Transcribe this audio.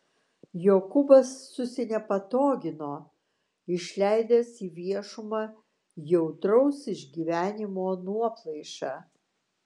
jokūbas susinepatogino išleidęs į viešumą jautraus išgyvenimo nuoplaišą